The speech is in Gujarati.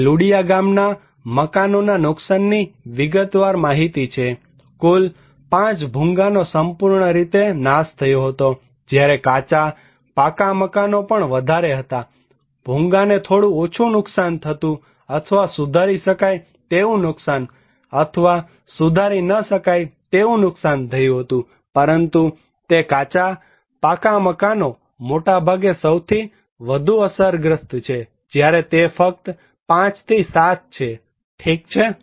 અહીં લુડિયા ગામના મકાનોના નુકસાનની વિગતવાર માહિતી છે કુલ 5 ભૂંગાનો સંપૂર્ણ રીતે નાશ થયો હતો જ્યારે કાચા પાકા મકાનો ઘણા વધારે હતા ભૂંગાને થોડું ઓછું નુકસાન થતું અથવા સુધારી શકાય તેવું નુકસાન અથવા સુધારી ન શકાય તેવું નુકશાન થયું હતું પરંતુ તે કાચા પાકા મકાનો મોટા ભાગે સૌથી વધુ અસરગ્રસ્ત છે જયારે તે ફક્ત 5 થી 7 છે ઠીક છે